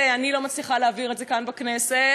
אני לא מצליחה להעביר את זה כאן בכנסת.